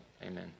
Amen